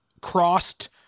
crossed